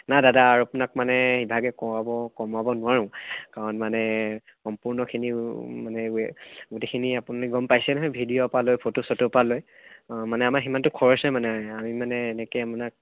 নহয় দাদা আপুনি মানে ইভাগে কমাব নোৱাৰোঁ কাৰণ মানে সম্পূৰ্ণখিনি মানে গোটেইখিনি আপুনি গম পাইছে নহয় ভিডিঅ'ৰ পৰা লৈ ফটো চটোৰ পৰা লৈ মানে আমাৰ সিমানটো খৰচেই মানে আমি মানে এনেকৈ